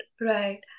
right